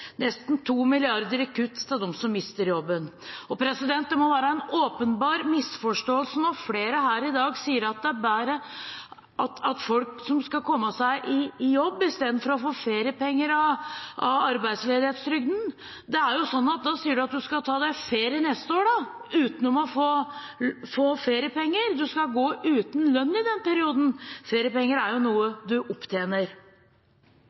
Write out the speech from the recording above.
nesten 2 mrd. kr i kutt til dem som mister jobben. Det må være en åpenbar misforståelse når flere her i dag sier at det er bedre at folk kommer seg i jobb istedenfor å få feriepenger av arbeidsledighetstrygden. Da sier en jo at en kan ta seg ferie neste år uten å få feriepenger, en skal gå uten lønn i den perioden. Feriepenger er noe en opptjener.